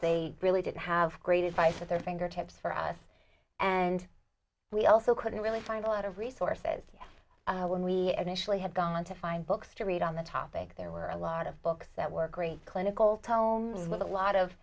they really didn't have great advice at their fingertips for us and we also couldn't really find a lot of resources when we initially had gone on to find books to read on the topic there were a lot of books that were great clinical tomes with a lot of